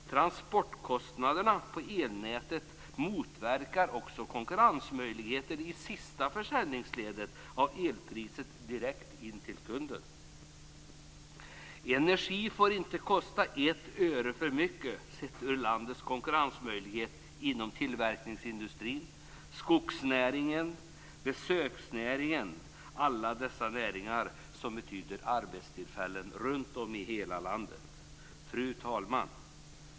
Transportkostnaderna på elnätet motverkar också konkurrensmöjligheten i sista försäljningsledet av elpriset direkt in till kunden. Energin får inte kosta ett öre för mycket sett till landets konkurrensmöjligheter inom tillverkningsindustrin, skogsnäringen och besöksnäringen - näringar som betyder arbetstillfällen runtom i hela landet. Fru talman!